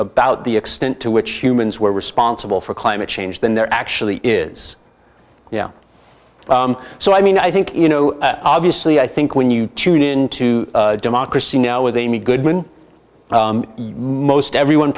about the extent to which humans were responsible for climate change than there actually is yeah so i mean i think you know obviously i think when you tune in to democracy now with amy goodman most everyone